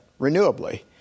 renewably